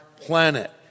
planet